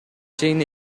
чейин